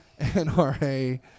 NRA